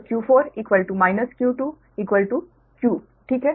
तो q4 q2 q ठीक है